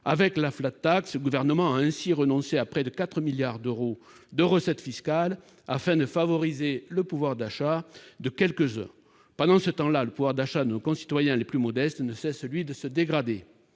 Avec la, le Gouvernement a encore renoncé à près de 4 milliards d'euros de recettes fiscales afin de favoriser le pouvoir d'achat de quelques-uns. Pendant ce temps-là, le pouvoir d'achat de nos concitoyens les plus modestes ne cesse, lui, de se dégrader